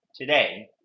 today